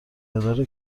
مقدار